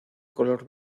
color